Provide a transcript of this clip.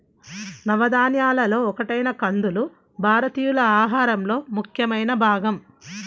నవధాన్యాలలో ఒకటైన కందులు భారతీయుల ఆహారంలో ముఖ్యమైన భాగం